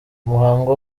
umuhango